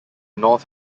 north